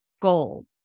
gold